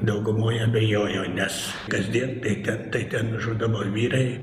daugumoj abejojo nes kasdien tai ten tai ten žūdavo vyrai